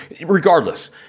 regardless